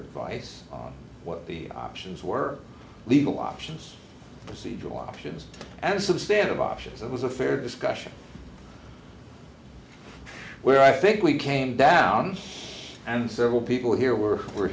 vice what the options were legal options procedural options and substantial options that was a fair discussion where i think we came down and several people here were w